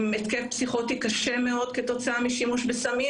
התקף פסיכוטי קשה מאוד כתוצאה משימוש בסמים,